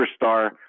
Superstar